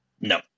No